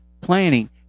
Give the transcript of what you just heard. planning